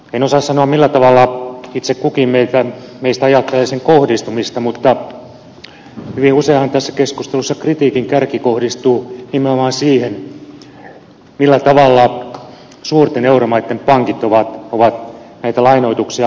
en osaa sanoa millä tavalla itse kukin meistä ajattelee sen kohdistumista mutta hyvin useinhan tässä keskustelussa kritiikin kärki kohdistuu nimenomaan siihen millä tavalla suurten euromaitten pankit ovat näitä lainoituksia hoitaneet